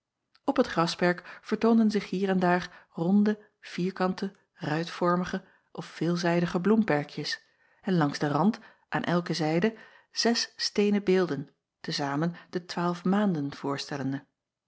p het grasperk vertoonden zich hier en daar ronde vierkante ruitvormige of veelzijdige bloemperkjes en langs den rand aan elke zijde zes steenen beelden te zamen de waalf aanden voorstellende